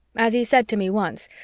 as he said to me once,